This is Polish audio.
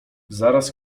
zaraz